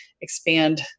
expand